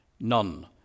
None